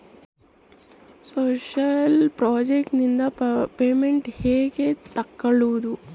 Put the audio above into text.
Social project ನಿಂದ payment ಹೆಂಗೆ ತಕ್ಕೊಳ್ಳದು?